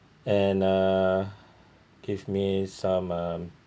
and uh give me some um